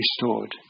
restored